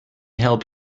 help